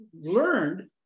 learned